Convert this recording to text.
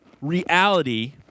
reality